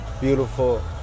beautiful